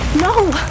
No